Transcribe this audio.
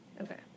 Okay